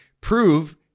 prove